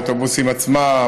האוטובוסים עצמם,